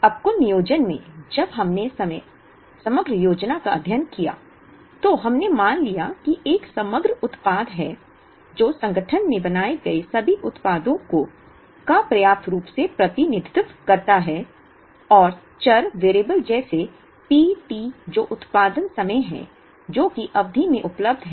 अब कुल नियोजन में जब हमने समग्र योजना का अध्ययन किया तो हमने मान लिया कि एक समग्र उत्पाद है जो संगठन में बनाए गए सभी उत्पादों का पर्याप्त रूप से प्रतिनिधित्व करता है और चर जैसे P t जो उत्पादन समय है जो कि अवधि में उपलब्ध है